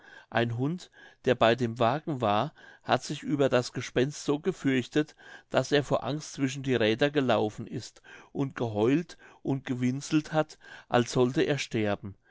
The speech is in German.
ein hund der bei dem wagen war hat sich über das gespenst so gefürchtet daß er vor angst zwischen die räder gelaufen ist und geheult und gewinselt hat als sollte er sterben